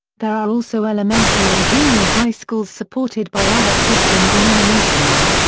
there are also elementary and junior high schools supported by other christian denominations.